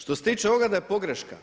Što se tiče ovoga da je pogreška.